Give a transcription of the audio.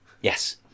Yes